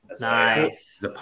Nice